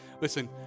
Listen